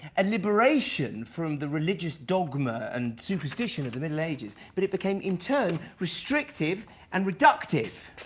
a liberation from the religious dogma and superstition of the middle ages. but it became, in turn, restrictive and reductive.